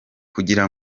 kugira